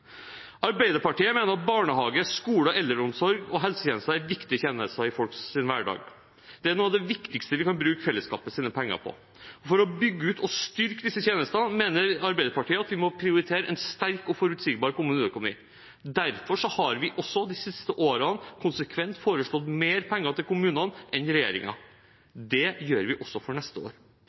Arbeiderpartiet mener at barnehage, skole, eldreomsorg og helsetjenester er viktige tjenester i folks hverdag. Det er noe av det viktigste vi kan bruke fellesskapets penger på. For å bygge ut og styrke disse tjenestene mener Arbeiderpartiet at vi må prioritere en sterk og forutsigbar kommuneøkonomi. Derfor har vi også de siste årene konsekvent foreslått mer penger til kommunene enn regjeringen. Det gjør vi også for neste år